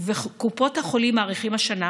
ובקופות החולים מעריכים השנה